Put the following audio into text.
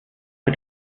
für